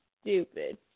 stupid